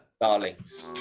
darlings